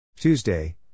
Tuesday